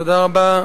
תודה רבה.